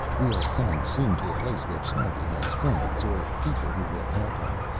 we are coming soon to a place where snarbi has friends, or people who will help him.